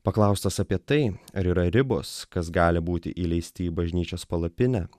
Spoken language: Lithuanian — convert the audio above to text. paklaustas apie tai ar yra ribos kas gali būti įleisti į bažnyčios palapinę